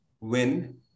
win